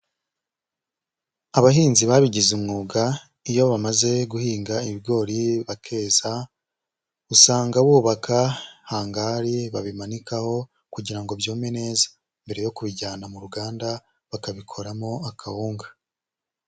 Abahinzi babigize umwuga iyo bamaze guhinga ibigori bakeza, usanga bubaka hangari babimanikaho kugira ngo byume neza, mbere yo kubijyana mu ruganda bakabikoramo akawunga.